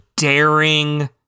daring